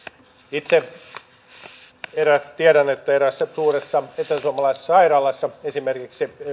itse tiedän että eräässä suuressa eteläsuomalaisessa sairaalassa esimerkiksi